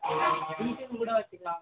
வீட்டுக்குகே கூட வச்சுக்கலால்ல சார்